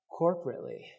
corporately